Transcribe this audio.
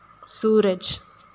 Suraj